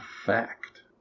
fact